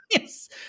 Yes